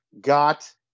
got